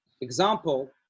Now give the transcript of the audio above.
example